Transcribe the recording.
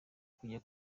kujya